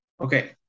Okay